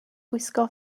gwisgo